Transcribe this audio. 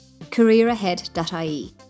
careerahead.ie